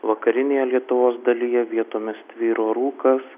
vakarinėje lietuvos dalyje vietomis tvyro rūkas